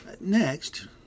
Next